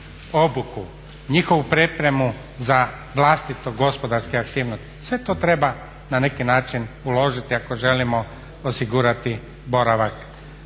obuku, njihovu pripremu za vlastite gospodarske aktivnosti. Sve to treba na neki način uložiti ako želimo osigurati boravak